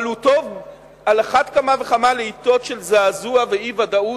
אבל הוא טוב על אחת כמה וכמה לעתות של זעזוע ואי-ודאות